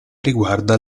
riguarda